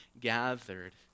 gathered